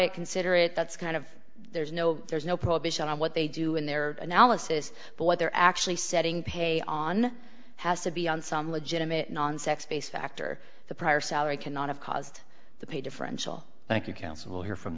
it consider it that's kind of there's no there's no prohibition on what they do in their analysis but what they're actually setting pay on has to be on some legitimate non sex based factor the prior salary cannot have caused the pay differential thank you council here from